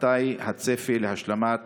2. מתי הצפי להשלמת